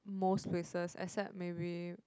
most places except maybe